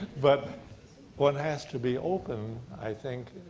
but one has to be open, i think,